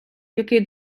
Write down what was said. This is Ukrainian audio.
який